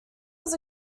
was